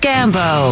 Gambo